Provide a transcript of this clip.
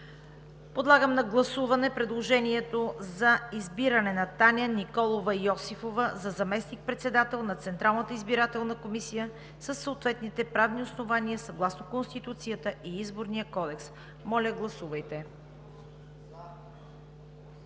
Подлагам на гласуване предложението за избиране на Таня Николова Йосифова за заместник-председател на Централната избирателна комисия със съответните правни основания съгласно Конституцията и Изборния кодекс. Гласували